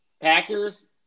Packers